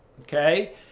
okay